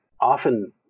often